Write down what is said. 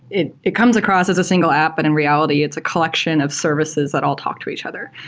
it it comes across as a single app, but in reality it's a collection of services that all talk to each other.